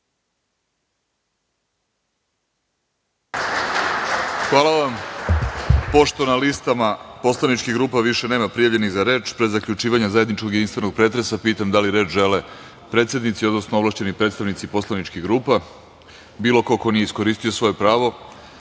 Hvala. Pošto na listama poslaničkih grupa više nema prijavljenih za reč, pre zaključivanja zajedničkog jedinstvenog pretresa pitam da li reč žele predsednici, odnosno ovlašćeni predstavnici poslaničkih grupa, ili neko ko nije iskoristio svoje pravo?